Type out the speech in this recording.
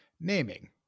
Naming